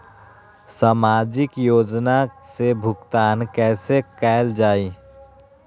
सामाजिक योजना से भुगतान कैसे कयल जाई?